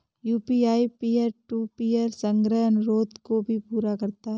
UPI peer to peer संग्रह अनुरोध को भी पूरा करता है